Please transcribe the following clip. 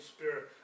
Spirit